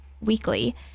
weekly